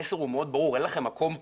המסר הוא מאוד ברור אין לכם מקום פה,